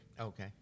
Okay